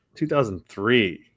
2003